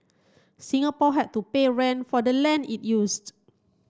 Singapore had to pay rent for the land it used